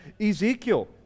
Ezekiel